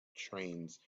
trains